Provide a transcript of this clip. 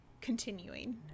continuing